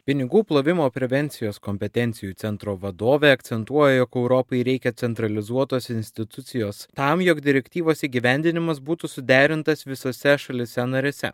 pinigų plovimo prevencijos kompetencijų centro vadovė akcentuoja jog europai reikia centralizuotos institucijos tam jog direktyvos įgyvendinimas būtų suderintas visose šalyse narėse